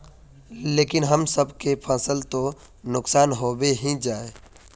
लेकिन हम सब के फ़सल तो नुकसान होबे ही जाय?